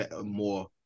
more